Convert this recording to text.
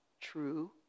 true